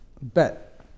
Bet